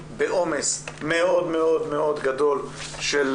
בעומס מאוד מאוד גדול של